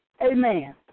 Amen